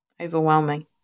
overwhelming